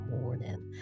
morning